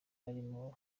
harimo